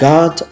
God